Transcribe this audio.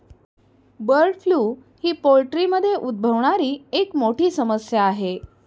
bird flu ही पोल्ट्रीमध्ये उद्भवणारी एक मोठी समस्या आहे